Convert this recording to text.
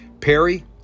Perry